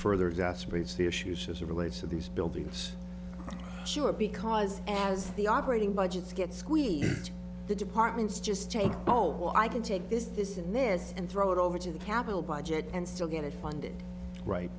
further exasperates the issues as it relates to these buildings sure because as the operating budgets get squeezed the departments just take oh i can take this in this and throw it over to the capital budget and still get it funded right